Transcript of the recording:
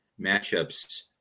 matchups